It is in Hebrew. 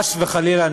חס וחלילה,